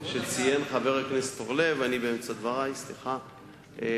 שציין חבר הכנסת אורלב, אני באמצע דברי, סליחה.